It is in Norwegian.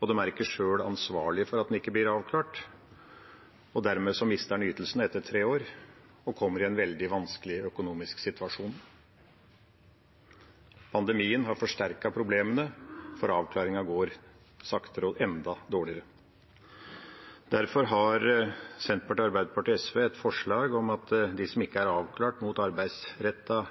Dermed mister de ytelsene etter tre år og kommer i en veldig vanskelig økonomisk situasjon. Pandemien har forsterket problemene, for avklaringen går saktere og er enda dårligere. Derfor har Senterpartiet, Arbeiderpartiet og SV et forslag om at de som ikke er avklart mot arbeidsrettet